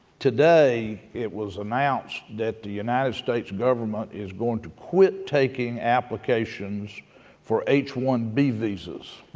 today it was announced that the united states government is going to quit taking applications for h one b visas.